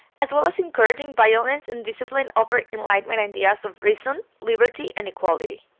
as well as encouraging violence, and discipline over enlightenment ideals of reason, liberty and equality.